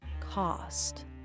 cost